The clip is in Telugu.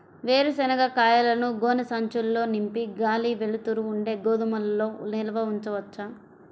వేరుశనగ కాయలను గోనె సంచుల్లో నింపి గాలి, వెలుతురు ఉండే గోదాముల్లో నిల్వ ఉంచవచ్చా?